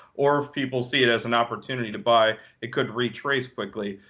or if people see it as an opportunity to buy, it could retrace quickly.